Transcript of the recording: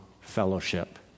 fellowship